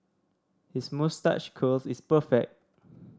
his moustache curl is perfect